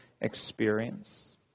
experience